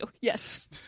Yes